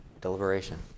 Deliberation